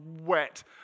wet